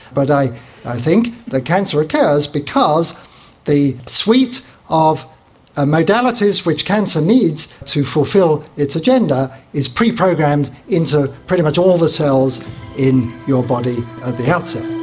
but i i think the cancer occurs because the suite of ah modalities which cancer needs to fulfil its agenda is pre-programmed into pretty much all the cells in your body at the outset.